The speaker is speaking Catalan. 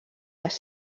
les